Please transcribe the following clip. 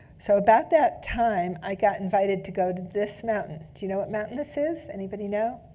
so about that time, i got invited to go to this mountain. do you know what mountain this is? anybody know?